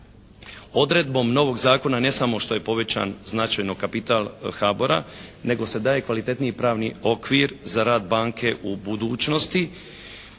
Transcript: Odredbom novog zakona ne samo što je povećan značajno kapital HBOR-a nego se daje kvalitetniji pravni okvir za rad banke u budućnosti